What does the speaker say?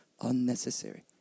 unnecessary